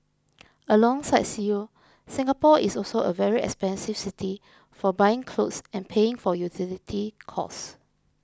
alongside Seoul Singapore is also a very expensive city for buying clothes and paying for utility costs